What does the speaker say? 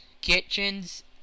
kitchens